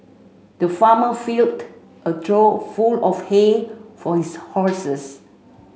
the farmer filled a trough full of hay for his horses